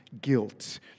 guilt